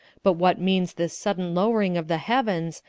but what means this sudden lowering of the heavens,